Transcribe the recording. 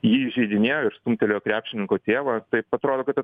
jį įžeidinėjo ir stumtelėjo krepšininko tėvą taip atrodo kad